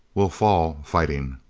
we'll fall fighting.